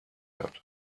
hat